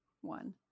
one